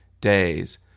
days